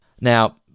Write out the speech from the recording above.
Now